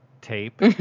tape